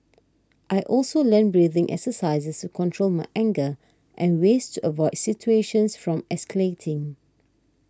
I also learnt breathing exercises to control my anger and ways to avoid situations from escalating